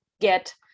get